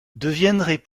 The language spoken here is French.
deviendrait